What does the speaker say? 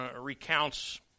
recounts